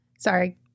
Sorry